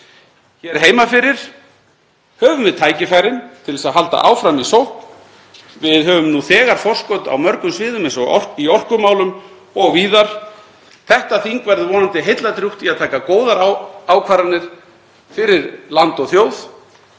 Hér heima fyrir höfum við tækifærin til að halda áfram í sókn. Við höfum nú þegar forskot á mörgum sviðum, eins og í orkumálum og víðar. Þetta þing verður vonandi heilladrjúgt í að taka góðar ákvarðanir fyrir land og þjóð.